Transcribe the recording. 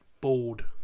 bored